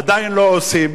עדיין לא עושים,